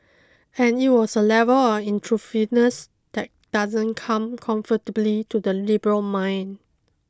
and it was a level on intrusiveness that doesn't come comfortably to the liberal mind